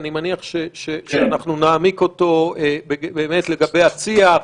אני מניח שנעמיק אותו לגבי הצי"ח,